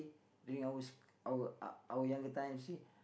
during our s~ our uh our younger time she